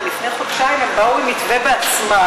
ולפני חודשיים הם באו עם מתווה בעצמם,